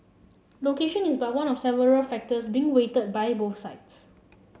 location is but one of several factors being weighed by both sides